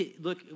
look